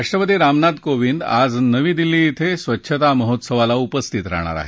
राष्ट्रपती रामनाथ कोविंद आज नवी दिल्ली धिं स्वच्छता महोत्सवाला उपस्थित राहणार आहेत